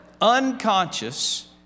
unconscious